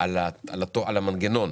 על המנגנון